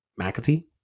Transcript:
McAtee